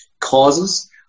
causes